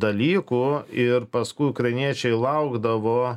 dalykų ir paskui ukrainiečiai laukdavo